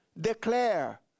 declare